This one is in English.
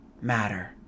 matter